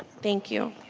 thank you.